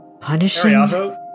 Punishing